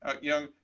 young